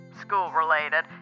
school-related